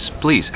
please